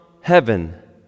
heaven